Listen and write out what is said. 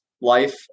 life